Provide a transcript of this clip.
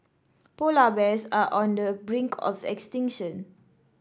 polar bears are on the brink of extinction